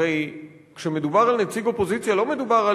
הרי כשמדובר על נציג אופוזיציה לא מדובר על